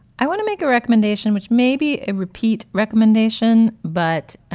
i want to make a recommendation, which may be a repeat recommendation, but